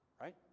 right